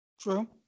True